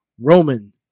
Roman